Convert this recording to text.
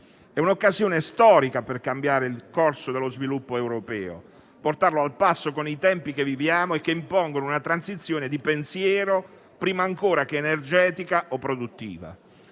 È un'occasione storica per cambiare il corso dello sviluppo europeo e per portarlo al passo con i tempi che viviamo, che impongono una transizione di pensiero, prima ancora che energetica o produttiva.